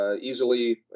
Easily